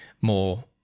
more